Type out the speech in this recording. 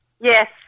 Yes